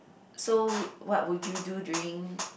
so what would you do during